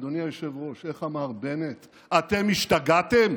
אדוני היושב-ראש, איך אמר בנט: אתם השתגעתם?